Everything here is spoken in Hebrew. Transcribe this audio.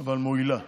אבל מועילה.